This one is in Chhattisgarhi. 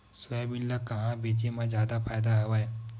सोयाबीन ल कहां बेचे म जादा फ़ायदा हवय?